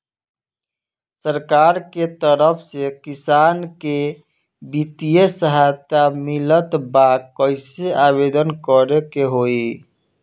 सरकार के तरफ से किसान के बितिय सहायता मिलत बा कइसे आवेदन करे के होई?